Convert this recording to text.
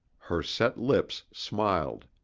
her set lips smiled.